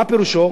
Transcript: מה פירושו?